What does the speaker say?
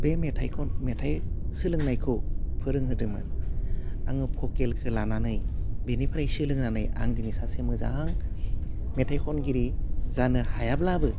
बे मेथाइखौ मेथाइ सोलोंनायखौ फोरोंहोदोंमोन आङो भकेलखौ लानानै बिनिफ्राय सोलोंनानै आं दिनै सासे मोजां मेथाइ खनगिरि जानो हायाब्लाबो